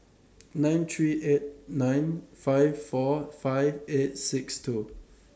nine three eight nine five four five eight six two